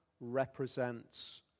represents